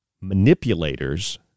manipulators